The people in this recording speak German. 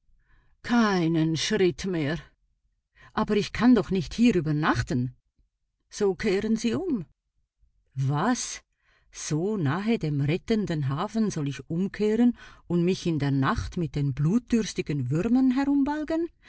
keinen schritt mehr aber ich kann doch nicht hier übernachten so kehren sie um was so nahe dem rettenden hafen soll ich umkehren und mich in der nacht mit den blutdürstigen würmern